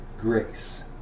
grace